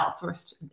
outsourced